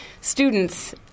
students